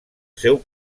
seu